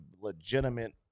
legitimate